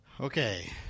Okay